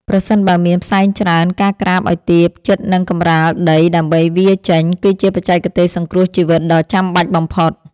ប្រសិនបើមានផ្សែងច្រើន ការក្រាបឱ្យទាបជិតនឹងកម្រាលដីដើម្បីវារចេញ គឺជាបច្ចេកទេសសង្គ្រោះជីវិតដ៏ចាំបាច់បំផុត។